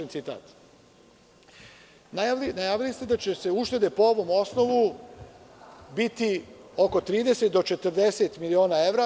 Najavili ste da će uštede po ovom osnovu biti oko 30 do 40 miliona evra.